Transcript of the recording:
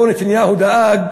שבו נתניהו דאג